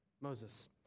Moses